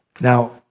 Now